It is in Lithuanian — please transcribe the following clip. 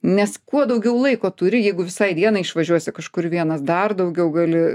nes kuo daugiau laiko turi jeigu visai dienai išvažiuosi kažkur vienas dar daugiau gali